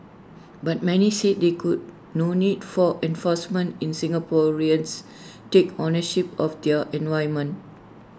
but many said IT could no need for enforcement in Singaporeans take ownership of their environment